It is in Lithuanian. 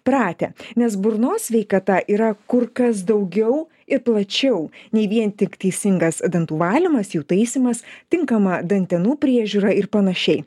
pratę nes burnos sveikata yra kur kas daugiau ir plačiau nei vien tik teisingas dantų valymas jų taisymas tinkama dantenų priežiūra ir panašiai